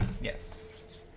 yes